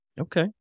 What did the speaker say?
Okay